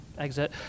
exit